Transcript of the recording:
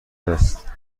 است